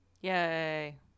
Yay